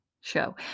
show